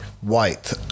white